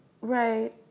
Right